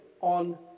on